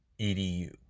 edu